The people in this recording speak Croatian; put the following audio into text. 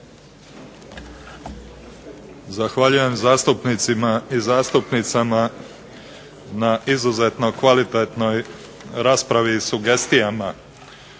Zahvaljujem zastupnicima i zastupnicama na izuzetno kvalitetnoj raspravi i sugestijama.